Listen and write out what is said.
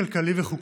כלכלי וחוקתי.